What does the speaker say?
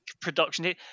production